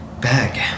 bag